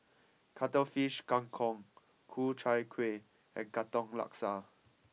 Cuttlefish Kang Kong Ku Chai Kuih and Katong Laksa